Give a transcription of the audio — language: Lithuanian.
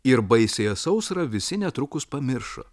ir baisiąją sausrą visi netrukus pamiršo